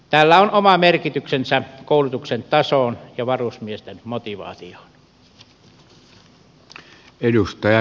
tällä on oma merkityksensä koulutuksen tasolle ja varusmiesten motivaatiolle